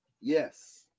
Yes